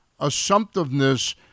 assumptiveness